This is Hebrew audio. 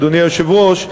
אדוני היושב-ראש,